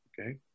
Okay